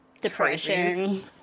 depression